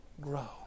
grow